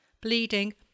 bleeding